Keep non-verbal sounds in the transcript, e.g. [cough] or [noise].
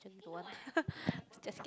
[noise] scared